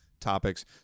topics